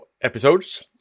episodes